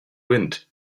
wind